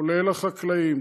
כולל החקלאים,